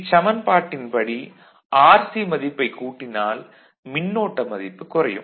இச்சமன்பாட்டின் படி Rc மதிப்பைக் கூட்டினால் மின்னோட்ட மதிப்பு குறையும்